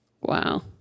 Wow